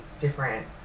different